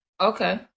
Okay